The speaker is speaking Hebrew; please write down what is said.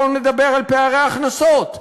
בואו נדבר על פערי ההכנסות,